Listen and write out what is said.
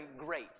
great